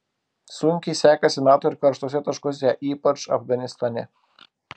sunkiai sekasi nato ir karštuose taškuose ypač afganistane